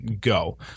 go